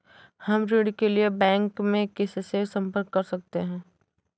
हम ऋण के लिए बैंक में किससे संपर्क कर सकते हैं?